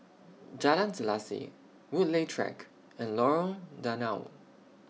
Jalan Selaseh Woodleigh Track and Lorong Danau